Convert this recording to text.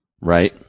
Right